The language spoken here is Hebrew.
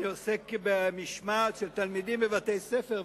אני עוסק במשמעת של תלמידים בבתי-ספר,